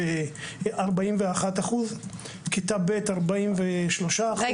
כיתה ב' 43.5%,